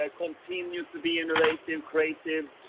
ah continue to be innovative. creative.